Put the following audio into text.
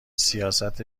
سیاست